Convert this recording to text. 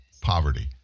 poverty